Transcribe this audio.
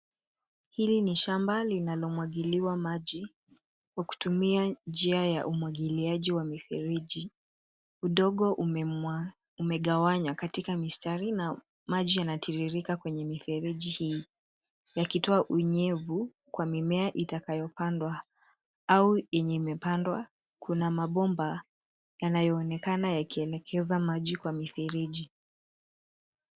Hili ni shamba linalomwagiliwa maji kwa kutumia njia ya umwagiliaji wa mifereji. Udongo umegawanywa katika mstari na maji yanatiririka kwenye mifereji hii yakitoa unyevu kwa mimea itakayopandwa au enye imepandwa. Kuna mabomba yanayoonekana yakielekeza maji kwa mifereji.